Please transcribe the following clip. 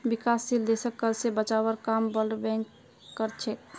विकासशील देशक कर्ज स बचवार काम वर्ल्ड बैंक कर छेक